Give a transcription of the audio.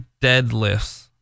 deadlifts